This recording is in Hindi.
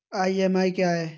ई.एम.आई क्या है?